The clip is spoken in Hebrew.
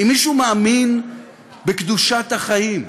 אם מישהו מאמין בקדושת החיים,